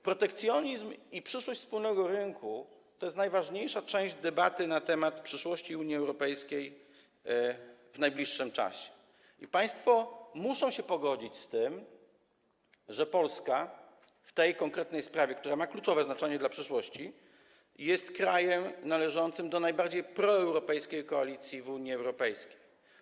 Protekcjonizm i przyszłość wspólnego rynku to jest najważniejsza część debaty na temat przyszłości Unii Europejskiej w najbliższym czasie i państwo muszą się pogodzić z tym, że Polska w tej konkretnej sprawie, która ma kluczowe znaczenie dla przyszłości, jest krajem należącym do najbardziej proeuropejskiej koalicji w Unii Europejskiej.